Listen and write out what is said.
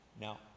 now